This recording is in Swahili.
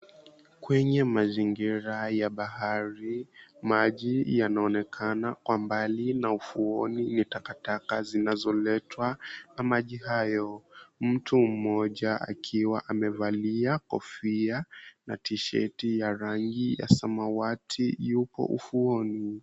Kwenye mazingira ya bahari maji yanaonekana kwa mbali na ufuoni ni takataka zinazoletwa na maji hayo. Mtu mmoja akiwa amevalia kofia na tishati ya rangi ya samawati yuko ufuoni.